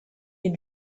est